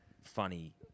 funny